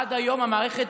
עד היום המערכת